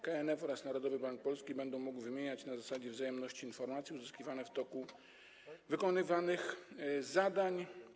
KNF oraz Narodowy Bank Polski będą mogły wymieniać na zasadzie wzajemności informacje uzyskiwane w toku wykonywania zadań.